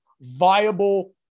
viable